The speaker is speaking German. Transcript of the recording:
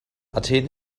athen